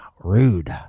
rude